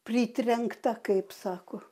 pritrenkta kaip sako